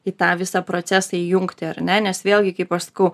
į tą visą procesą įjungti ar ne nes vėlgi kaip aš sakau